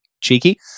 cheeky